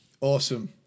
Awesome